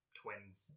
twins